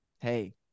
hey